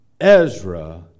Ezra